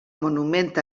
monument